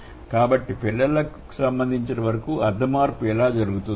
కాబట్టి పిల్లల సంబంధించినంతవరకు అర్థ మార్పు ఎలా జరుగుతుంది